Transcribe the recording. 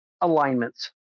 alignments